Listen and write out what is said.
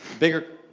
bigger,